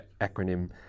acronym